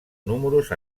números